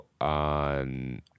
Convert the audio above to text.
on